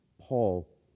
Paul